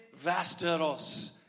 Vasteros